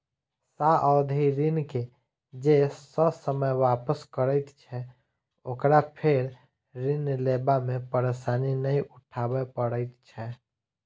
सावधि ऋण के जे ससमय वापस करैत छै, ओकरा फेर ऋण लेबा मे परेशानी नै उठाबय पड़ैत छै